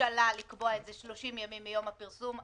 הממשלה לקבוע את זה 30 ימים מיום הפרסום,